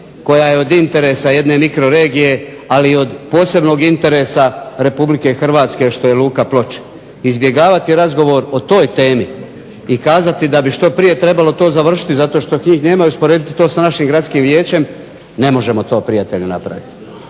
koja je interesa jedne mikroregije, ali i od posebnog interesa Republike Hrvatske što je Luka Ploče. Izbjegavati razgovor o toj temi i kazati da bi što prije trebalo to završiti zato što njih nema i usporediti to sa našim gradskim vijećem, ne možemo to prijatelju napraviti.